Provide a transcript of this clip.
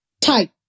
type